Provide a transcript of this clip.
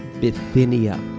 Bithynia